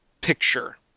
picture